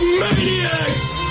maniacs